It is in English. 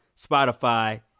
Spotify